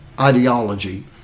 ideology